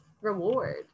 reward